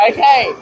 Okay